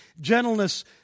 gentleness